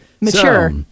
Mature